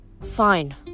Fine